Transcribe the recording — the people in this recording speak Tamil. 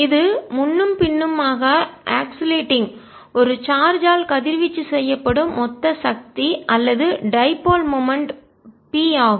இது முன்னும் பின்னுமாக ஆக்சிலேட்டிங் ஊசலாடும் ஒரு சார்ஜ் ஆல் கதிர்வீச்சு செய்யப்படும் மொத்த சக்தி அல்லது டைபோல் மூமென்ட் இ p ஆகும்